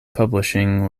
publishing